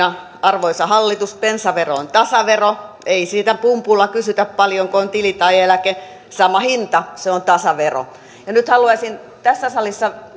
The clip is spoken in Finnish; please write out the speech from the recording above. arvoisa hallitus bensavero on tasavero ei sitä pumpulla kysytä paljonko on tili tai eläke sama hinta se on tasavero ja nyt haluaisin tässä salissa